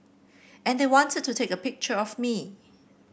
and they wanted to take a picture of me